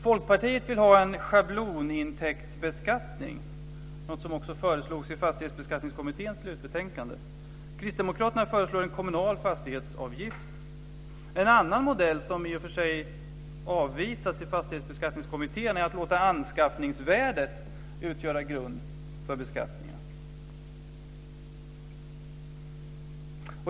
Folkpartiet vill ha en schablonintäktsbeskattning, något som också föreslogs i Fastighetsbeskattningskommitténs slutbetänkande. Kristdemokraterna föreslår en kommunal fastighetsavgift. En annan modell som i och för sig avvisas i Fastighetsbeskattningskommittén är att låta anskaffningsvärdet utgöra grund för beskattningen.